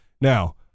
now